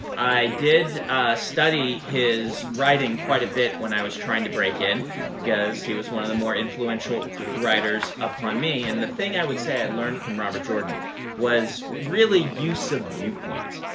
i did study his writing quite a bit when i was trying to break in because he was one of the more influential writers upon me. and the thing i would say i learned from robert jordan was really use of viewpoint.